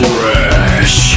Fresh